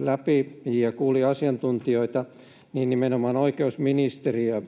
läpi ja kuuli asiantuntijoita, niin nimenomaan oikeusministeriö